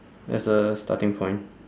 as a starting point